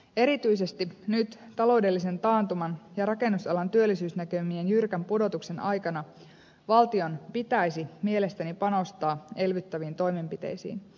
erityisesti nyt taloudellisen taantuman ja rakennusalan työllisyysnäkymien jyrkän pudotuksen aikana valtion pitäisi mielestäni panostaa elvyttäviin toimenpiteisiin